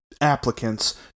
applicants